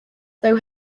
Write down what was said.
though